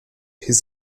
his